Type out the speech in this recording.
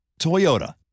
Toyota